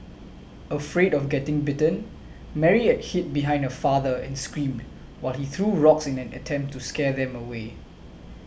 afraid of getting bitten Mary hid behind her father and screamed while he threw rocks in an attempt to scare them away